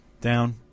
down